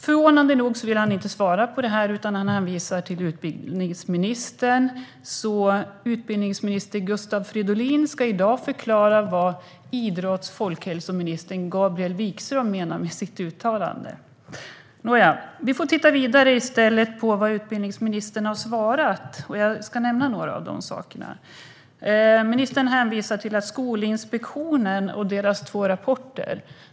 Förvånande nog vill han inte svara på frågan, utan han hänvisar till utbildningsministern. Utbildningsminister Gustav Fridolin ska därför i dag förklara vad idrotts och folkhälsoministern Gabriel Wikström menade med sitt uttalande. Nåja, vi får i stället titta vidare på vad utbildningsministern har svarat, och jag ska nämna några av de sakerna. Ministern hänvisar till Skolinspektionen och dess två rapporter.